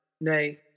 nay